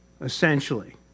essentially